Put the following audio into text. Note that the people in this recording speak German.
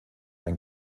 ein